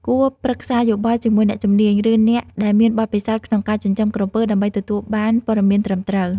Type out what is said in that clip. គួរប្រឹក្សាយោបល់ជាមួយអ្នកជំនាញ ឬអ្នកដែលមានបទពិសោធន៍ក្នុងការចិញ្ចឹមក្រពើ ដើម្បីទទួលបានព័ត៌មានត្រឹមត្រូវ។